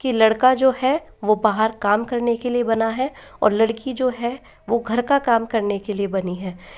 कि लड़का जो है वह बाहर काम करने के लिए बना है और लड़की जो है वह घर का काम करने के लिए बनी है